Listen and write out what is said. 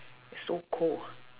it's so cold